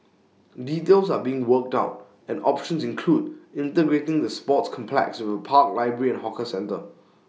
details are being worked out and options include integrating the sports complex with A park library and hawker centre